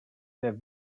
der